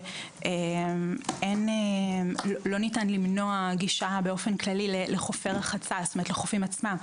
שלא ניתן למנוע גישה לחופים עצמם.